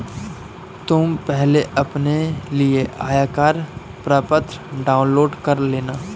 तुम पहले अपने लिए आयकर प्रपत्र डाउनलोड कर लेना